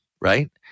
Right